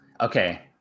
Okay